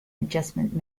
adjustment